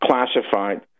classified